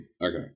Okay